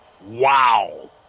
Wow